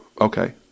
okay